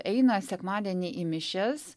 eina sekmadienį į mišias